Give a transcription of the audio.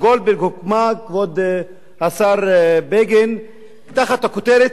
כבוד השר בגין, גם ועדת-גולדברג הוקמה תחת הכותרת: